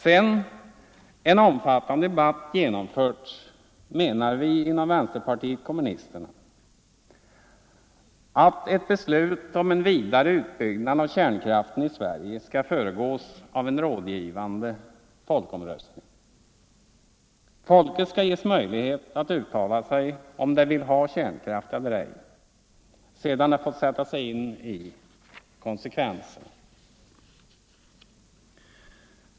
Sedan en omfattande debatt genomförts, menar vi inom vänsterpartiet kommunisterna, skall ett beslut om en vidare utbyggnad av kärnkraften i Sverige föregås av en rådgivande folkomröstning. Folket skall ges möjlighet att uttala sig om det vill ha kärnkraft eller ej, sedan det fått sätta sig in i konsekvenserna.